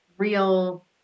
real